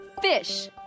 Fish